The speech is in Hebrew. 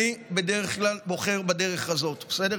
אני בדרך כלל בוחר בדרך הזאת, בסדר?